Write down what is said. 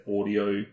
audio